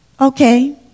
Okay